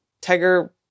Tiger